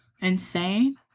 insane